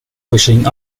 wishing